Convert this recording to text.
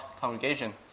congregation